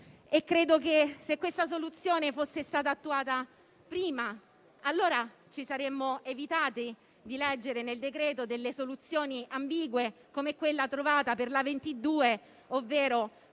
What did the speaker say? parere, se questa soluzione fosse stata attuata prima, allora ci saremmo evitati di leggere nel decreto delle soluzioni ambigue come quella trovata per la A22 (la